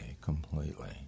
completely